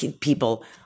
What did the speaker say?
people